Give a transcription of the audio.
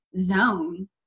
zone